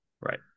Right